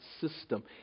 system